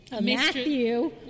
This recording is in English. Matthew